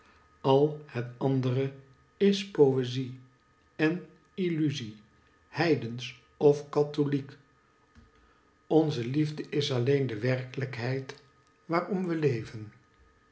al het andere is poezie en illuzie heidensch of katholiek onze liefde is alleen de werkelijkheid waarom we leven